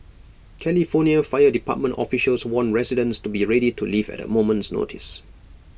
California fire department officials warned residents to be ready to leave at A moment's notice